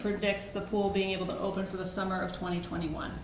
predicts the pool being able to open for the summer of twenty